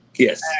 yes